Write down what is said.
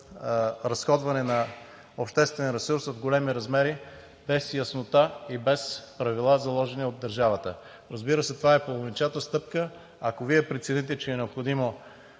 разходване на обществен ресурс в големи размери, без яснота и без правила, заложени от държавата. Разбира се, това е половинчата стъпка. Ако Вие прецените, че е необходимо